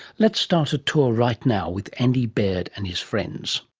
let's start a tour right now with andy baird and his friends.